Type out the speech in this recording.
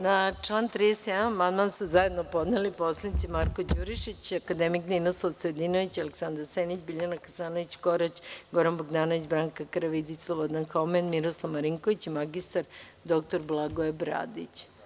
Na član 31. amandman su zajedno podneli poslanici Marko Đurišić, akademik Ninoslav Stojadinović, Aleksandar Senić, Biljana Hasanović Korać, Goran Bogdanović, Branka Karavidić, Slobodan Homen, Miroslav Marinković i dr Blagoje Bradić.